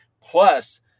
plus